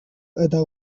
eta